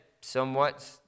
somewhat